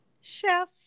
Chef